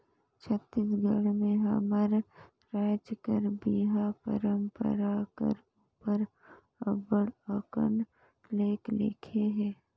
छत्तीसगढ़ी में हमर राएज कर बिहा परंपरा कर उपर अब्बड़ अकन लेख लिखे हे